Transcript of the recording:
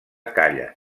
càller